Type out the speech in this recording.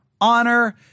honor